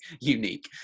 unique